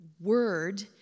word